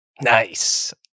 Nice